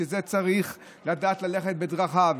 בשביל זה צריך לדעת ללכת בדרכיו,